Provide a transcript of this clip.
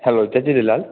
hello जय झूलेलाल